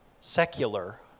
secular